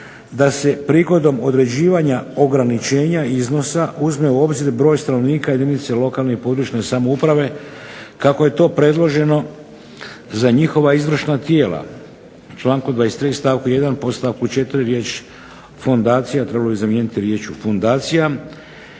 da se prigodom određivanja ograničenja iznosa uzme u obzir broj stanovnika jedinice lokalne i područne samouprave kako je to predloženo za njihova izvršna tijela. U članku 23. stavku 1. podstavku 4. riječ "fondacija" trebalo bi zamijeniti riječju "fundacija".